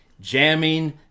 jamming